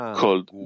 called